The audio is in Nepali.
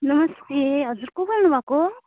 नमस्ते हजुर को बोल्नुभएको